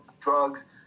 drugs